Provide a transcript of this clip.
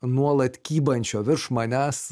nuolat kybančio virš manęs